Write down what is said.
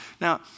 Now